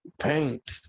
paint